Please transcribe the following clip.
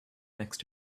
next